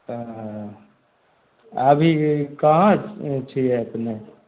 हँ अभी कहाँ छियै अपने